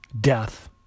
Death